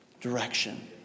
direction